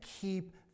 keep